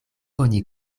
oni